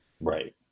Right